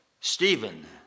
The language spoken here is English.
Stephen